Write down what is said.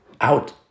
out